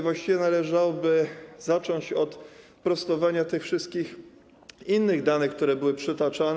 Właściwie należałoby zacząć od prostowania tych wszystkich innych danych, które były przytaczane.